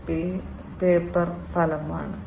ഈ PLC യുടെ പ്രവർത്തനം എങ്ങനെയാണ്